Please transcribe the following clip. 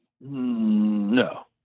No